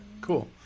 cool